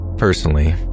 Personally